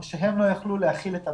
או שהם לא יכלו להכיל את הבית,